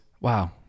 Wow